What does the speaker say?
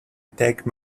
take